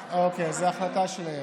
אוקיי, זו החלטה של איילת.